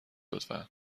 لطفا